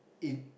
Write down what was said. it